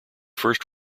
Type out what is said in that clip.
first